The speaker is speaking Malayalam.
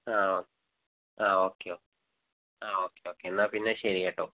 അ ഓക്കെ ആ ഓക്കെ അപ്പം ആ ഓക്കെ ഓക്കെ എന്നാൽ പിന്നെ ശരി കേട്ടോ